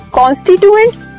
constituents